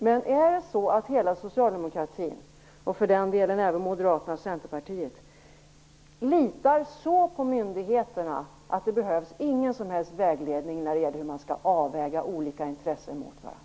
Men litar Socialdemokraterna, Moderaterna och Centerpartiet så mycket på myndigheterna att det inte behövs någon som helst vägledning för hur man skall avväga olika intressen mot varandra?